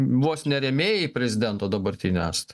vos ne rėmėjai prezidento dabartinio esat